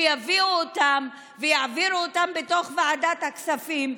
שיביאו אותם ויעבירו אותם בתוך ועדת הכספים,